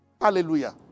Hallelujah